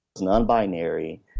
non-binary